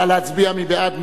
נא להצביע, מי בעד?